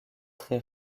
très